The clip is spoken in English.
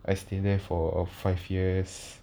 I stay there four or five years